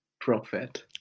prophet